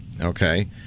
okay